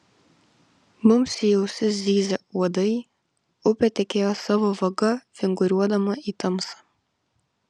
mums į ausis zyzė uodai upė tekėjo savo vaga vinguriuodama į tamsą